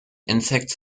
insects